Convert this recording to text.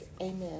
amen